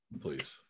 please